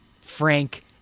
frank